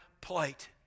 plight